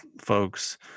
folks